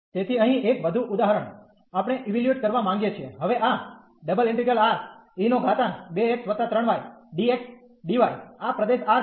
તેથી અહીં એક વધુ ઉદાહરણ આપણે ઇવેલ્યુએટ કરવા માંગીએ છીએ હવે આ આ પ્રદેશ R પર